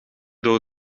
door